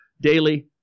daily